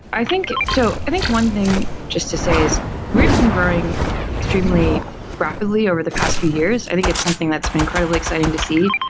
i think so i think one thing just to say is we've been growing extremely rapidly over the past few years. i think it's something that's been incredibly exciting to see.